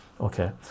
okay